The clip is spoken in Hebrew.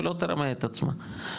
ולא תרמה את עצמה.